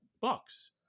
bucks